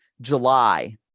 July